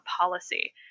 policy